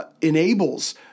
enables